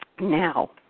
Now